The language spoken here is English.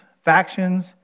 factions